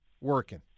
working